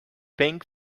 pink